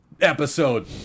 episode